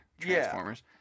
Transformers